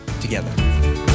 together